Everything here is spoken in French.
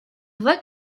vois